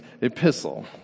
epistle